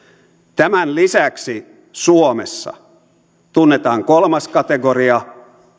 tämän lisäksi suomessa tunnetaan kolmas kategoria